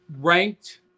ranked